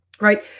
right